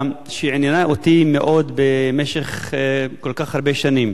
שעניינה אותי מאוד במשך כל כך הרבה שנים.